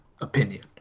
opinion